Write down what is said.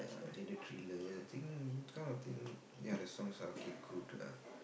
then the thriller I think that kind of thing yeah the songs are okay good lah